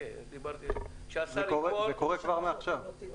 זה קורה כבר עכשיו.